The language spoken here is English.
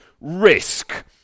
risk